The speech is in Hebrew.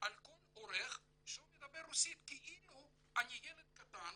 על כל עורך שהוא מדבר רוסית כאילו אני ילד קטן,